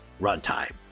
runtime